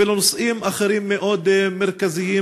ולנושאים אחרים מאוד מרכזיים,